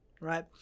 right